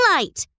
Light